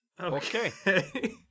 Okay